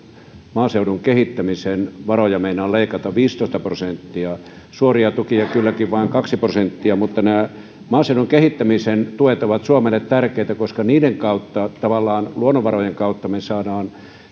maaseudun kehittämisen varoja meinataan leikata viisitoista prosenttia suoria tukia kylläkin vain kaksi prosenttia mutta nämä maaseudun kehittämisen tuet ovat suomelle tärkeitä koska niiden kautta tavallaan luonnonvarojen kautta me saamme